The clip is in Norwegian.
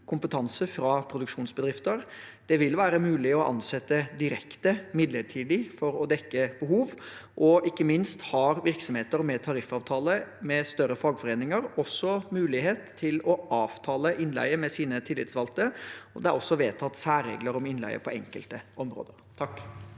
kompetanse fra produksjonsbedrifter, og det vil være mulig å ansette direkte midlertidig for å dekke et behov. Ikke minst har virksomheter med tariffavtale med større fagforeninger også mulighet til å avtale innleie med sine tillitsvalgte. Det er også vedtatt særregler om innleie på enkelte områder.